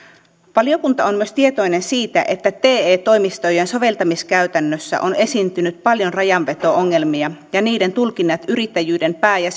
valiokunta on myös tietoinen siitä että te toimistojen soveltamiskäytännössä on esiintynyt paljon rajanveto ongelmia ja niiden tulkinnat yrittäjyyden pää ja